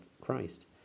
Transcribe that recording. Christ